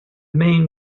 main